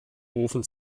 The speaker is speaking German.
ofen